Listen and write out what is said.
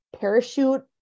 parachute